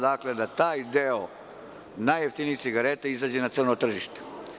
Dakle, da taj deo najjeftinijih cigareta izađe na crno tržište.